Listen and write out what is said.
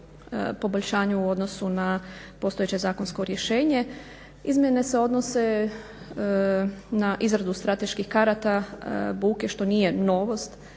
poboljšanju u odnosu na postojeće zakonsko rješenje. Izmjene se odnose na izradu strateških karata buke što nije novost.